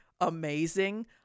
amazing